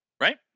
right